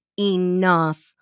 enough